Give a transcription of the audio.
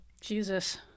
Jesus